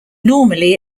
normally